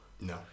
No